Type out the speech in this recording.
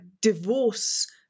Divorce